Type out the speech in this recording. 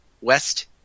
West